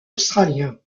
australien